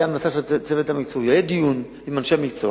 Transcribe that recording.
היה מצב של צוות מקצועי, היה דיון עם אנשי מקצוע,